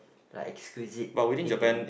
like exquisite thing to eat